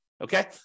okay